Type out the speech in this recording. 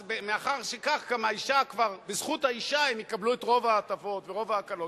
אז מאחר שכך בזכות האשה הם יקבלו את רוב ההטבות ורוב ההקלות,